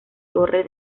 torre